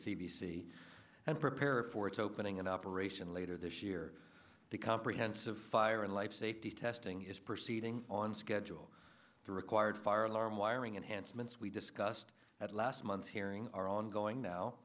c and prepare for its opening in operation later this year the comprehensive fire and life safety testing is proceeding on schedule the required fire alarm wiring enhanced months we discussed at last month's hearing are ongoing now